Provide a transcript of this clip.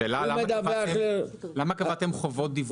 השאלה למה קבעתם חובות דיווח כאלה.